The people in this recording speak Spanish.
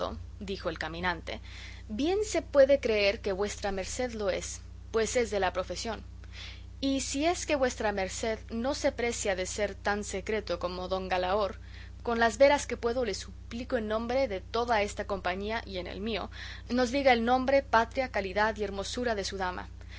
dijo el caminante bien se puede creer que vuestra merced lo es pues es de la profesión y si es que vuestra merced no se precia de ser tan secreto como don galaor con las veras que puedo le suplico en nombre de toda esta compañía y en el mío nos diga el nombre patria calidad y hermosura de su dama